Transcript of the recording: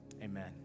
Amen